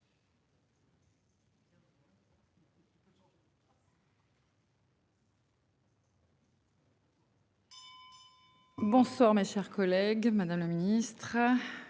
Bonsoir. Mes chers collègues, Madame le ministre.